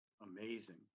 amazing